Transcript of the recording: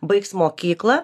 baigs mokyklą